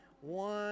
One